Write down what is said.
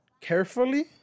carefully